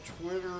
Twitter